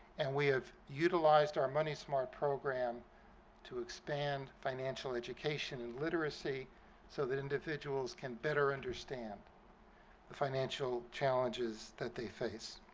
and we have utilized our money smart program to expand financial education and literacy so that individuals can better understand the financial challenges that they face.